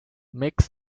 makes